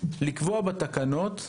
לקבוע בתקנות חריג.